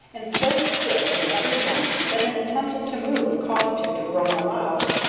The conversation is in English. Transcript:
and so stiff in every joint that an attempt to move caused him to groan aloud.